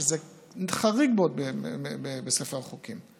שזה חריג מאוד בספר החוקים.